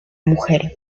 mujer